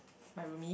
my roomie